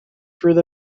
through